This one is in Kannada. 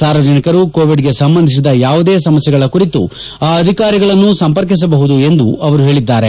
ಸಾರ್ವಜನಿಕರು ಕೋವಿಡ್ಗೆ ಸಂಬಂಧಿಸಿದ ಯಾವುದೇ ಸಮಸ್ಥೆಗಳ ಕುರಿತು ಆ ಅಧಿಕಾರಿಗಳನ್ನು ಸಂಪರ್ಕಿಸ ಬಹುದು ಎಂದು ಅವರು ಹೇಳಿದ್ದಾರೆ